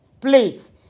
Please